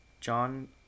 John